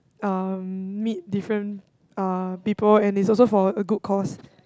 um meet different uh people and it's also for a good cause